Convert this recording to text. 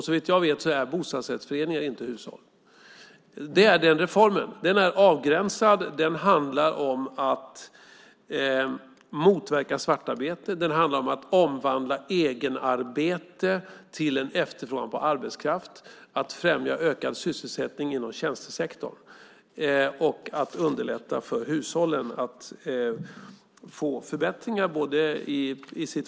Såvitt jag vet är bostadsrättsföreningar inte hushåll. Den reformen är avgränsad. Den handlar om att motverka svartarbete. Den handlar om att omvandla egenarbete till en efterfrågan på arbetskraft, att främja ökad sysselsättning inom tjänstesektorn och att underlätta för hushållen att få förbättringar i deras vardagsliv.